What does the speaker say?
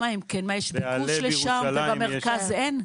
יש ביקוש לשם ובמרכז אין?